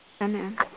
Amen